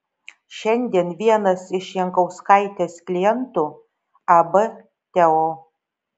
šiandien vienas iš jankauskaitės klientų ab teo